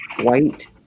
white